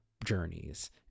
Journeys